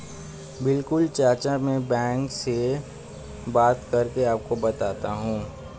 बिल्कुल चाचा में बैंक से बात करके आपको बताता हूं